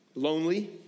Lonely